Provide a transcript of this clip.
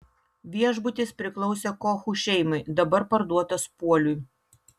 viešbutis priklausė kochų šeimai dabar parduotas puoliui